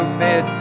mid